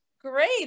Great